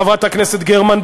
חברת הכנסת גרמן,